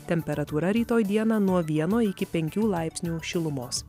temperatūra rytoj dieną nuo vieno iki penkių laipsnių šilumos